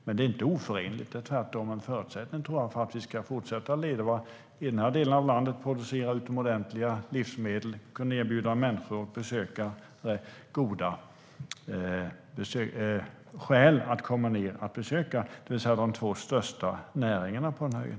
Men det är inte oförenligt med utan tvärtom en förutsättning för att vi ska kunna fortsätta leva i den här delen av landet och producera utomordentliga livsmedel och erbjuda människor goda skäl till besök, det vill säga de två största näringarna på den här ön.